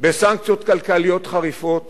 בסנקציות כלכליות חריפות